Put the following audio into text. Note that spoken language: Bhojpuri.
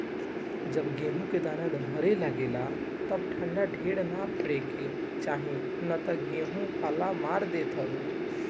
जब गेहूँ दाना धरे लागे तब ठंडा ढेर ना पड़े के चाही ना तऽ गेंहू पाला मार देत हवे